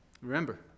Remember